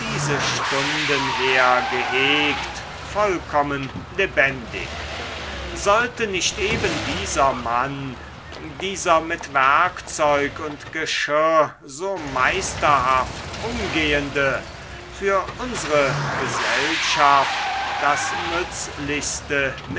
stunden her gehegt vollkommen lebendig sollte nicht eben dieser mann dieser mit werkzeug und geschirr so meisterhaft umgehende für unsre gesellschaft das nützlichste